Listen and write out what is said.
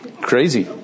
Crazy